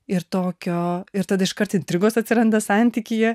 ir tokio ir tad iškart intrigos atsiranda santykyje